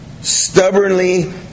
stubbornly